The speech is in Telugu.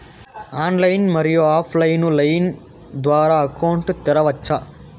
ఆన్లైన్, మరియు ఆఫ్ లైను లైన్ ద్వారా అకౌంట్ తెరవచ్చా?